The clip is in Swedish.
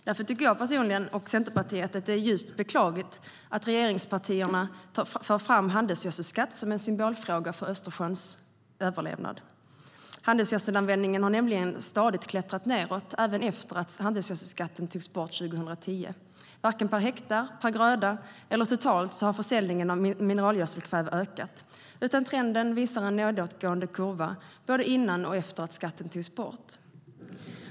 Därför tycker jag personligen, och Centerpartiet, att det är djupt beklagligt att regeringspartierna för fram handelsgödselskatt som en symbolfråga för Östersjöns överlevnad. Handelsgödselanvändningen har nämligen stadigt klättrat nedåt även efter det att handelsgödselskatten togs bort år 2010. Varken per hektar, per gröda eller totalt har försäljningen av mineralgödselkväve ökat, utan trenden visar en nedåtgående kurva både före och efter det att skatten togs bort.